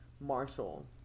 Marshall